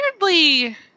Weirdly